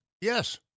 Yes